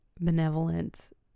benevolent